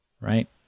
right